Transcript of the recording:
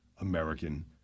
American